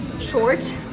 short